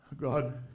God